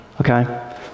Okay